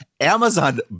Amazon